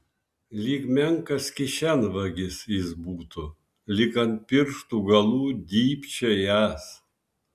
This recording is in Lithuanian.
lyg menkas kišenvagis jis būtų lyg ant pirštų galų dybčiojąs